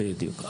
בדיוק,